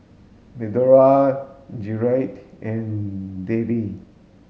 Medora Gerrit and Davie